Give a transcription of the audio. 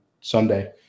Sunday